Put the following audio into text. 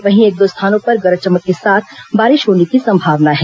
वहीं एक दो स्थानो पर गरज चमक के साथ बारिश होने की संभावना है